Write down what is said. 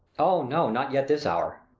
o no, not yet this hour.